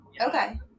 okay